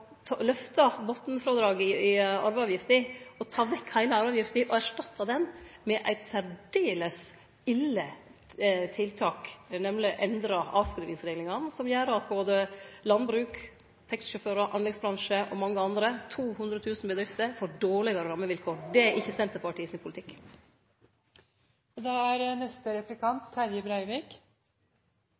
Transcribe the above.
i arveavgifta og å ta vekk heile arveavgifta og erstatte den med eit særdeles ille tiltak, nemleg å endre avskrivingsreglane, som gjer at både landbruk, taxisjåførar, anleggsbransjen og mange andre – 200 000 bedrifter – får dårlegare rammevilkår. Det er ikkje Senterpartiet sin politikk.